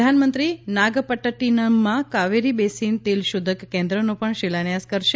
પ્રધાનમંત્રી નાગપટૃટિનમમાં કાવેરી બેસીન તેલશોધક કેન્દ્રનો પણ શિલાન્યાસ કરશે